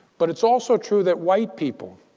but it's also true that white people,